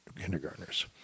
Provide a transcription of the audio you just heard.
kindergartners